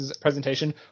presentation